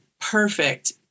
perfect